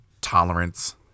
tolerance